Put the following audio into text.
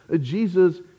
Jesus